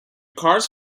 cars